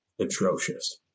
atrocious